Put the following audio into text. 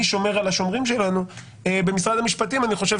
מי שומר על השומרים שלנו - במשרד המשפטים אני חושב